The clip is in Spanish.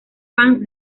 fan